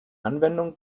anwendung